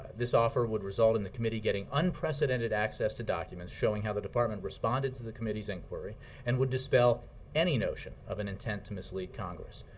this offer would result in the committee getting unprecedented access to documents, showing how the department responded to the committee's inquiry and would dispel any notion of an intent to mislead congress.